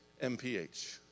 MPH